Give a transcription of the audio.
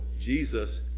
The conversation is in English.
Jesus